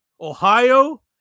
Ohio